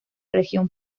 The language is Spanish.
región